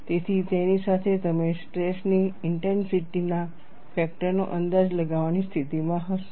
તેથી તેની સાથે તમે સ્ટ્રેસની ઇન્ટેન્સિટી ના ફેક્ટરનો અંદાજ લગાવવાની સ્થિતિમાં હશો